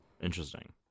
Interesting